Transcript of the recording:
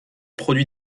produit